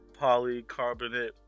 polycarbonate